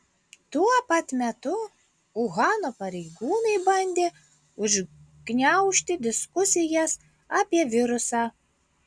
tuo pat metu uhano pareigūnai bandė užgniaužti diskusijas apie virusą